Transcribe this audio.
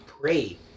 Pray